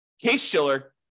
Case-Shiller